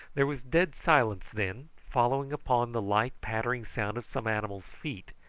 there was dead silence then, following upon the light pattering sound of some animal's feet,